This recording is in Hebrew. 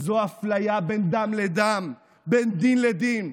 וזו אפליה בין דם לדם, בין דין לדין.